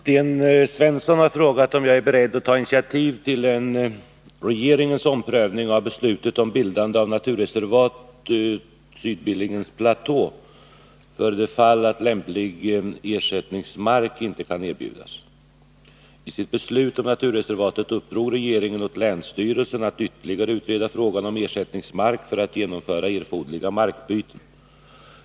Herr talman! Sten Svensson har frågat om jag är beredd att ta initiativ till en regeringens omprövning av beslutet om bildande av naturreservatet Sydbillingens platå för det fall att lämplig ersättningsmark inte kan erbjudas. I sitt beslut om naturreservatet uppdrog regeringen åt länsstyrelsen att ytterligare utreda frågan om ersättningsmark för att genomföra erforderliga markbyten.